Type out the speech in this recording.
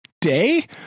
day